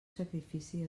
sacrifici